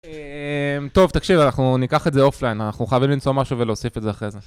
טוב, תקשיב, אנחנו ניקח את זה אופליין, אנחנו חייבים למתוא משהו ולהוסיף את זה אחרי זה.